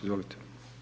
Izvolite.